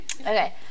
okay